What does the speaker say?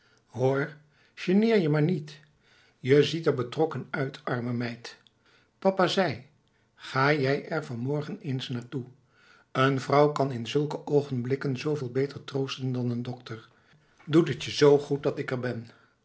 hoor geneer je maar niet je ziet er betrokken uit arme meid papa zei ga jij er van morgen eens naar toe een vrouw kan in zulke oogenblikken zooveel beter troosten dan een dokter doet het je zoo goed dat ik er ben